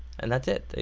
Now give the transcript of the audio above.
and that's it.